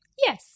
yes